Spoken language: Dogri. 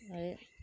ऐ